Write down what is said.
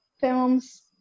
films